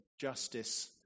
Justice